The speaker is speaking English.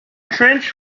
trench